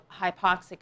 hypoxic